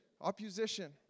Opposition